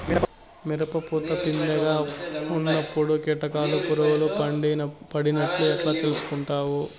మిరప పూత పిందె గా ఉన్నప్పుడు కీటకాలు పులుగులు పడినట్లు ఎట్లా తెలుసుకుంటావు?